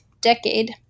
decade